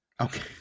Okay